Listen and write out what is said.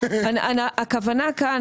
הכוונה כאן,